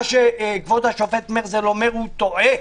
מה שכבוד השופט מרזל אומר הוא טועה.